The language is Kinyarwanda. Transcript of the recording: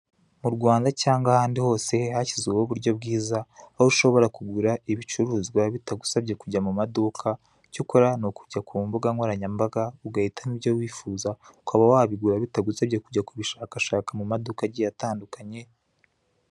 Mu Rwanda cyangwa ahandi hose hashyizweho uburyo bwiza, aho ushobora kugura ibicuruzwa bitagusabye kujya mu maduka, icyo ukora ni ukujya ku mbuga nkoranyambaga ugahitamo ibyo wifuza, ukaba wabigura bitagusabyebye kujya kubishakashaka mu maduka agiye atandukanye.